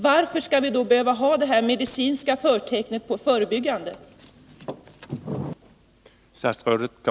Varför skall man då behöva ha detta medicinska förtecken beträffande de förebyggande åtgärderna?